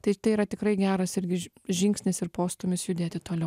tai tai yra tikrai geras irgi ž žingsnis ir postūmis judėti toliau